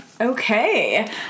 Okay